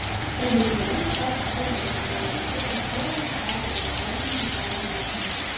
tad iš dalies patys vokiečiai buvo kalti kad suomiams teko paspartinti karo veiksmus